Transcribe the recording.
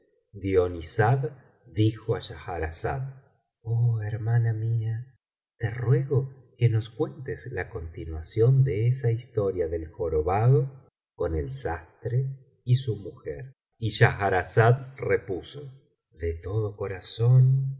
doniazada dijo á schahrazada oh hermana mía te ruego que nos cuentes la continuación de esa historia del jorobado con el sastre y su mujer biblioteca valenciana las mil noches y una noche y schahrazada repuso de tocio corazón